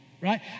Right